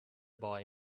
boy